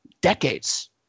decades –